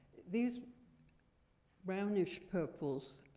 these brownish-purples,